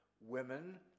women